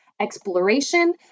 exploration